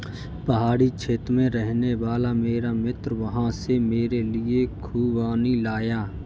पहाड़ी क्षेत्र में रहने वाला मेरा मित्र वहां से मेरे लिए खूबानी लाया